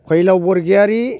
फैलाव बरग'यारि